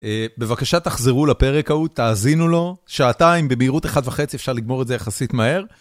בבקשה תחזרו לפרק ההוא, תאזינו לו, שעתיים במהירות 1.5 אפשר לגמור את זה יחסית מהר.